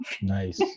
nice